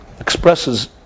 expresses